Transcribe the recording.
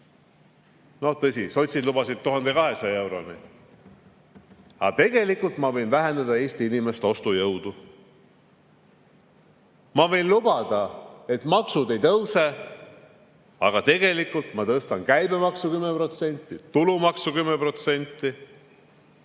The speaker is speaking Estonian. – tõsi, sotsid lubasid 1200 euroni –, aga tegelikult ma võin vähendada Eesti inimeste ostujõudu. Ma võin lubada, et maksud ei tõuse, aga tegelikult ma tõstan käibemaksu 10%, tulumaksu 10%.